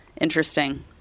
interesting